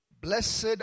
Blessed